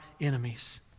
enemies